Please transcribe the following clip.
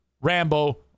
Rambo